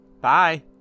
Bye